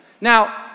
Now